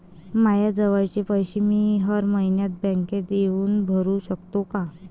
मायाजवळचे पैसे मी हर मइन्यात बँकेत येऊन भरू सकतो का?